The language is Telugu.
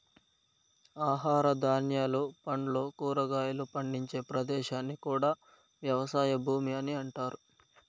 ఆహార ధాన్యాలు, పండ్లు, కూరగాయలు పండించే ప్రదేశాన్ని కూడా వ్యవసాయ భూమి అని అంటారు